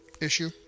issue